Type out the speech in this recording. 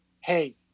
hey